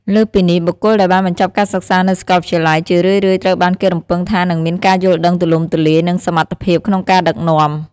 លើសពីនេះ បុគ្គលដែលបានបញ្ចប់ការសិក្សានៅសាកលវិទ្យាល័យ ជារឿយៗត្រូវបានគេរំពឹងថានឹងមានការយល់ដឹងទូលំទូលាយ និងសមត្ថភាពក្នុងការដឹកនាំ។